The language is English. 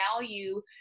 value